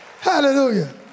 Hallelujah